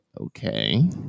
Okay